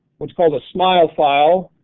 what's called a smio file,